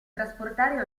trasportare